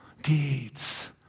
deeds